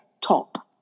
top